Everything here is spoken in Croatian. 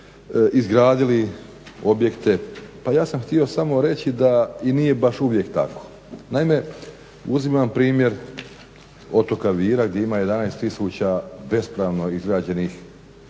izgradili objekte. Pa ja sam htio samo reći da i nije baš uvijek tako. Naime, uzimam primjer otoka Vira gdje ima 11 000 bespravno izgrađenih zgrada,